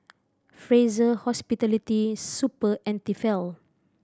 Fraser Hospitality Super and Tefal